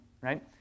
right